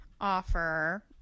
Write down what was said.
offer